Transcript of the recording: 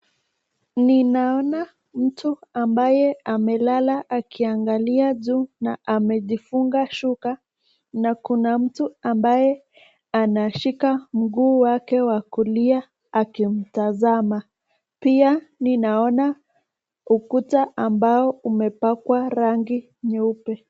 Ninaona mtu ambaye amelala akiangalia juu na amejifunga shuka na kuna mtu ambaye anashika mguu wake wa kulia akimtazama .Pia ninaona ukuta ambao umepakwa rangi nyeupe.